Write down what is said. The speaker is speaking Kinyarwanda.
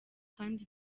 kandi